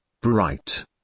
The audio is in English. bright